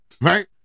Right